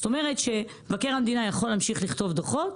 זאת אומרת שמבקר המדינה יכול להמשיך לכתוב דוחות,